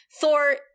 Thor